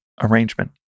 arrangement